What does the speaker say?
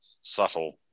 subtle